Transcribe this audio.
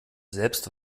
selbst